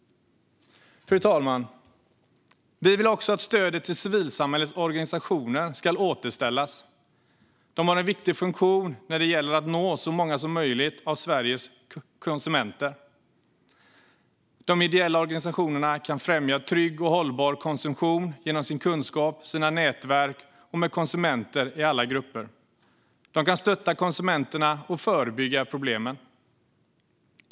Fru talman! Vi vill också att stödet till civilsamhällets organisationer ska återställas. De har en viktig funktion när det gäller att nå så många som möjligt av Sveriges konsumenter. De ideella organisationerna kan främja trygg och hållbar konsumtion genom sin kunskap och sina nätverk och med konsumenter i alla grupper. De kan stötta konsumenterna och förebygga problemen.